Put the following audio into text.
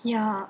ya